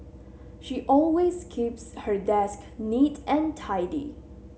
she always keeps her desk neat and tidy